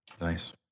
Nice